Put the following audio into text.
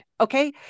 Okay